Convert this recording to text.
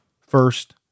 first